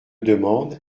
demande